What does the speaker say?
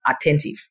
attentive